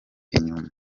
inyumba